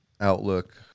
outlook